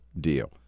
deal